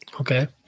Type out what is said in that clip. okay